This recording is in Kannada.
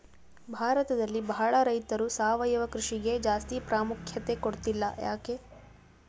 ಭಾರತದಲ್ಲಿ ಬಹಳ ರೈತರು ಸಾವಯವ ಕೃಷಿಗೆ ಜಾಸ್ತಿ ಪ್ರಾಮುಖ್ಯತೆ ಕೊಡ್ತಿಲ್ಲ ಯಾಕೆ?